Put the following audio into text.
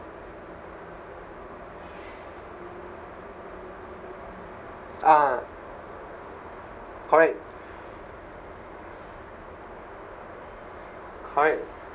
ah correct correct